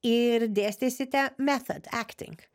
ir dėstysite method acting